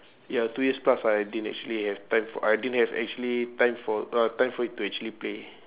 ya two years plus I didn't actually have time for I didn't have actually time for uh time for it to actually play